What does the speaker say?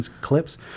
clips